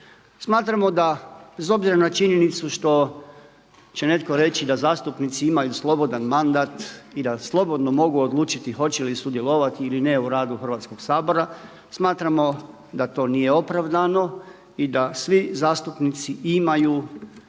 Smatramo da bez obzira na činjenicu što će netko reći da zastupnici imaju slobodan mandat i da slobodno mogu odlučiti hoće li sudjelovati ili ne u radu Hrvatskog sabora smatramo da to nije opravdano i da svi zastupnici imaju